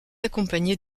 accompagné